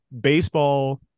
baseball